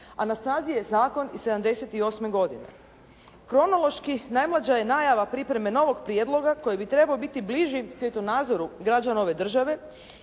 A na snazi je zakon iz '78. godine. Kronološki najmlađa je najava pripreme novog prijedloga koji bi trebao biti bliži svjetonazoru građana ove države